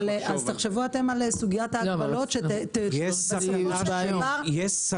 אז תחשבו אתם על סוגיית הגבלות שתוספנה --- מטרתה